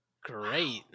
Great